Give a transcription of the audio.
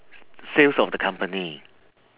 sales of the company